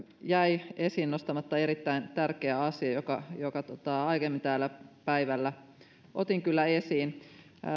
jäi esiin nostamatta erittäin tärkeä asia jonka aiemmin täällä päivällä otin kyllä esiin